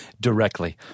directly